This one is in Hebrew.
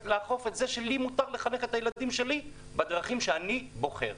לאכוף את זה שלי מותר לחנך את הילדים שלי בדרכים שאני בוחר.